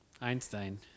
Einstein